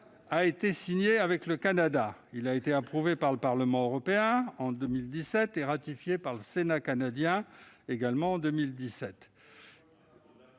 a été signé avec le Canada. Ce traité a été approuvé par le Parlement européen en 2017 et ratifié par le Sénat canadien la même année.